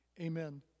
Amen